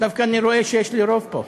דווקא אני רואה שיש לי רוב פה.